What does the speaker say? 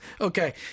Okay